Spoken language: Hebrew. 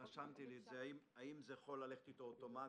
רשמתי לעצמי את זה: האם זה יכול ללכת איתו אוטומטית.